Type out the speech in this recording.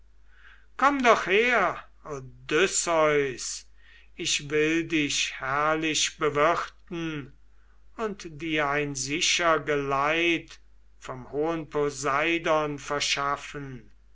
komm doch her odysseus ich will dich herrlich bewirten und dir ein sicher geleit vom hohen poseidon verschaffen